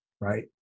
right